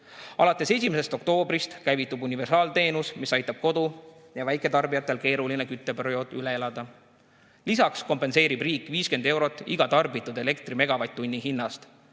Alates 1. oktoobrist käivitub universaalteenus, mis aitab kodu- ja väiketarbijatel keeruline kütteperiood üle elada. Lisaks kompenseerib riik 50 eurot iga tarbitud elektri megavatt-tunni hinnast.